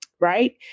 right